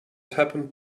happened